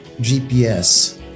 GPS